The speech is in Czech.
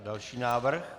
Další návrh.